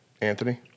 anthony